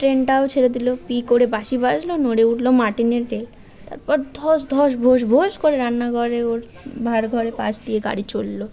ট্রেনটাও ছেড়ে দিল পিঁ করে বাঁশি বাজল নড়ে উঠল মার্টিনের রেল তারপর ধ্বস ধ্বস ভোঁস ভোঁস করে রান্নাঘরে ওর ভাঁড়ার ঘরে পাশ দিয়ে গাড়ি চলল